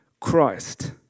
Christ